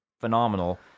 phenomenal